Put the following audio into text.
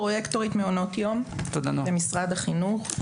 פרויקטורית מעונות יום במשרד החינוך.